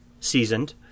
seasoned